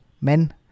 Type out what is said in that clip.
men